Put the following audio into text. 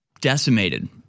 decimated